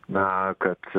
na kad